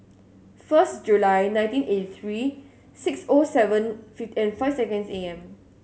first July nineteen eighty three six O seven and five seconds A M